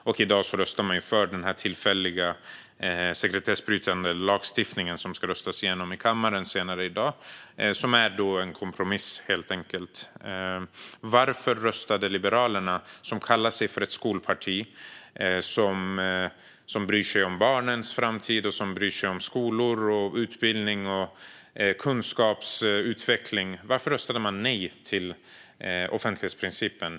Senare i dag röstar vi i kammaren för den tillfälliga sekretessbrytande lagstiftningen. Den är helt enkelt en kompromiss. Varför röstade Liberalerna, som kallar sig för ett skolparti som bryr sig om barnens framtid, skolor, utbildning och kunskapsutveckling, nej till offentlighetsprincipen?